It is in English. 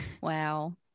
wow